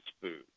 food